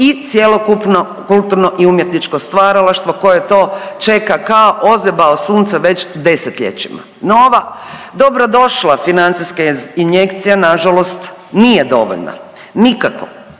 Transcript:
i cjelokupno kulturno i umjetničko stvaralaštvo koje to čeka kao ozebao sunce već desetljećima. No ova dobro došla financijska injekcija na žalost nije dovoljna, nikako